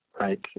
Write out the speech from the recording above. right